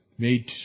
Made